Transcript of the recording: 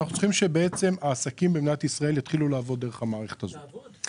אנחנו צריכים שבעצם העסקים במדינת ישראל יתחילו לעבוד דרך המערכת הזאת.